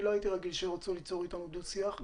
לא הייתי רגיל שירצו ליצור אתנו דו-שיח.